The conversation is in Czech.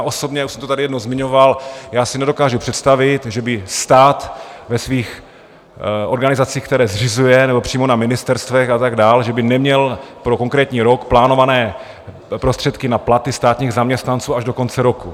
Osobně, už jsem to tady jednou zmiňoval, si nedokážu představit, že by stát ve svých organizacích, které zřizuje, nebo přímo na ministerstvech a tak dál, že by neměl pro konkrétní rok plánované prostředky na platy státních zaměstnanců až do konce roku.